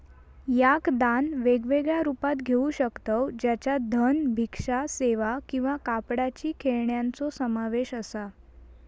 याक दान वेगवेगळ्या रुपात घेऊ शकतव ज्याच्यात धन, भिक्षा सेवा किंवा कापडाची खेळण्यांचो समावेश असा